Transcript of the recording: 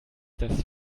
dass